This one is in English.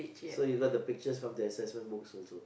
so you got the pictures from the assessment books also